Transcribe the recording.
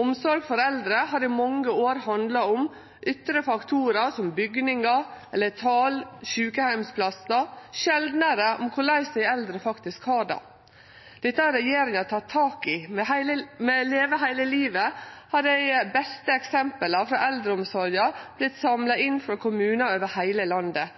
Omsorg for eldre har i mange år handla om ytre faktorar som bygningar eller talet på sjukeheimsplassar, sjeldnare om korleis dei eldre faktisk har det. Dette har regjeringa teke tak i. Med «Leve hele livet» har dei beste eksempla frå eldreomsorga vorte samla inn frå kommunar over heile landet.